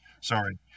sorry